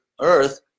earth